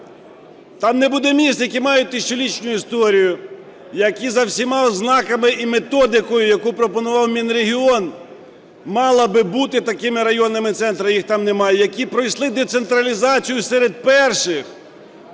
Там не буде міст, які мають тисячолітню історію, які за всіма ознаками і методикою, яку пропонував Мінрегіон, мали би бути такими районними центрами, їх там немає, які пройшли децентралізацію серед перших.